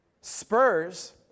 spurs